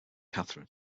kathryn